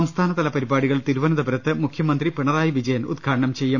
സംസ്ഥാനതല പരിപാടികൾ തിരുവനന്തപുരത്ത് മുഖ്യ മന്ത്രി പിണറായി വിജയൻ ഉദ്ഘാടനം ചെയ്യും